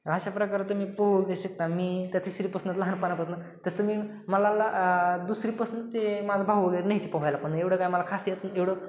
अशा प्रकारे तुम्ही पोहू बी शकता मी तर तिसरीपासुनचं लहानपणापासुनचं तसं मी मला ला आ दुसरीपासुनचं ते माझा भाऊ वगैरे न्यायचे पोहायला पण एवढं काय मला खासियत एवढं